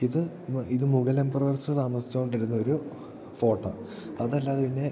ഇത് ഇത് മുഗൾ താമസിച്ചുകൊണ്ടിരുന്നൊരു ഫോർട്ടാണ് അതല്ലാതെ പിന്നെ